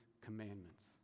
commandments